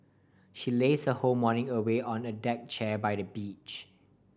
she laze her whole morning away on a deck chair by the beach